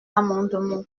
amendement